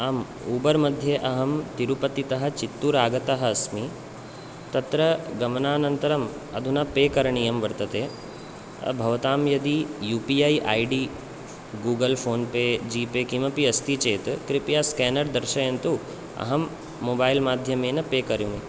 आम् उबर् मध्ये अहं तिरुपतितः चित्तूर् आगतः अस्मि तत्र गमनानन्तरम् अधुना पे करणीयं वर्तते भवतां यदि U P I ID Google PhonePe G Pay किमपि अस्ति चेत् कृपया स्केनर् दर्शयन्तु अहं मोबैल् माध्यमेन पे करोमि